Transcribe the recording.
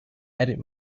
edit